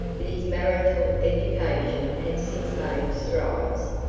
but his marital education had since made strides,